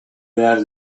behar